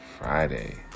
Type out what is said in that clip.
Friday